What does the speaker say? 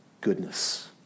goodness